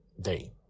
Day